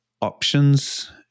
options